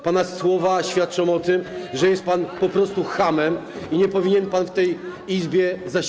Pana słowa świadczą o tym, że jest pan po prostu chamem... Hańba! ...i nie powinien pan w tej Izbie zasiadać.